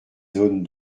zones